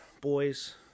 boys